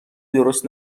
درست